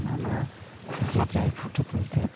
আমরা যে যাই ফোটো তুলতে